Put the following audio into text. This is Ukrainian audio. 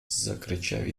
закричав